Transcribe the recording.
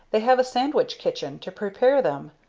they have a sandwich kitchen to prepare them.